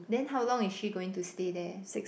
then how long is she going to stay there